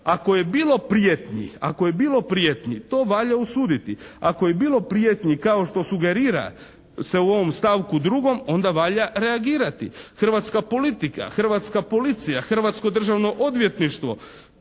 ako je bilo prijetnji to valja osuditi. Ako je bilo prijetnji kao što sugerira se u ovom stavku 2. onda valja reagirati. Hrvatska politika, hrvatska policija, hrvatsko Državno odvjetništvo